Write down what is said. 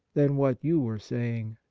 than what you were saying.